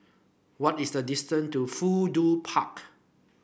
what is the distant to Fudu Park